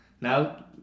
Now